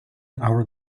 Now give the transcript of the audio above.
our